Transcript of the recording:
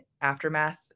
aftermath